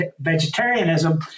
vegetarianism